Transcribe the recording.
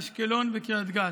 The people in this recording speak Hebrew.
אשקלון וקריית גת,